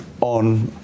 on